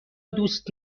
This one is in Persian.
دوست